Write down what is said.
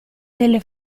delle